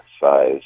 size